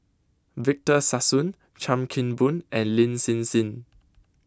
Victor Sassoon Chan Kim Boon and Lin Hsin Hsin